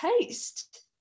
taste